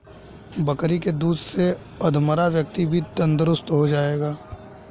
बकरी के दूध से अधमरा व्यक्ति भी तंदुरुस्त हो जाएगा